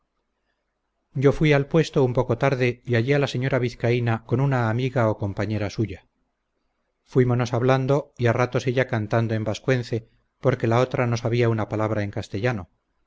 yo fuí al puesto un poco tarde y hallé a la señora vizcaína con una amiga o compañera suya fuimonos hablando y a ratos ella cantando en vascuence porque la otra no sabía una palabra en castellano